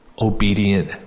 obedient